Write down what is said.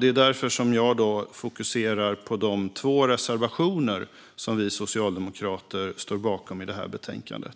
Det är därför som jag fokuserar på de två reservationer som vi socialdemokrater står bakom i detta betänkande.